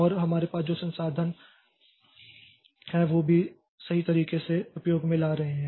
और हमारे पास जो संसाधन संसाधन हैं वे भी सही तरीके से उपयोग में ला रहे हैं